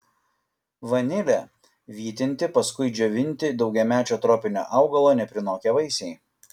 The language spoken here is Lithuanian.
vanilė vytinti paskui džiovinti daugiamečio tropinio augalo neprinokę vaisiai